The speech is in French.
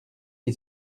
qui